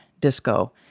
disco